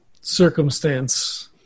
circumstance